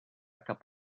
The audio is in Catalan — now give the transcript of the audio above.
cap